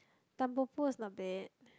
Tanpopo is not bad